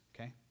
okay